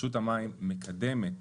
רשות המים מקדמת,